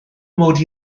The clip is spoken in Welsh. mod